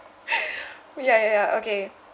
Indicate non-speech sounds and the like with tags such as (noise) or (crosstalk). (laughs) ya ya ya okay